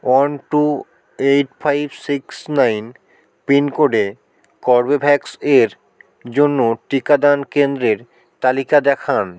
one two eight five six nine পিনকোডে Corbevax এর জন্য টিকাদান কেন্দ্রের তালিকা দেখান